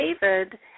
David